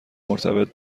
مرتبط